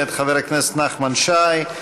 מאת חבר הכנסת נחמן שי.